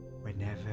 whenever